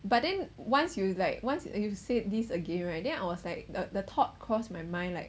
but then once you like once you said this again right then I was like the the thought crossed my mind like